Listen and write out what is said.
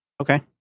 Okay